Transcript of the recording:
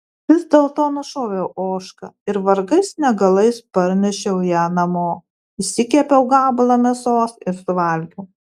vis dėlto nušoviau ožką ir vargais negalais parnešiau ją namo išsikepiau gabalą mėsos ir suvalgiau